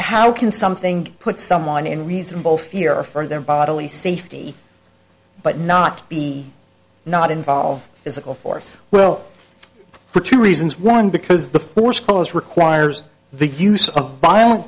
how can something put someone in reasonable fear for their bodily safety but not be not involved as of course well for two reasons one because the force close requires the use of vio